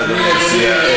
מה אדוני מציע?